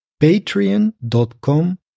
patreon.com